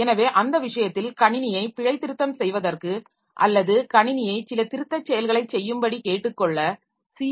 எனவே அந்த விஷயத்தில் கணினியை பிழைதிருத்தம் செய்வதற்கு அல்லது கணினியை சில திருத்தச் செயல்களைச் செய்யும்படி கேட்டுக்கொள்ள சி